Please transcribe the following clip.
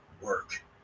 work